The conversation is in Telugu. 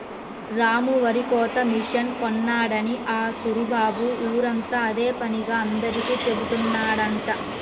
రాము వరికోత మిషన్ కొన్నాడని ఆ సూరిబాబు ఊరంతా అదే పనిగా అందరికీ జెబుతున్నాడంట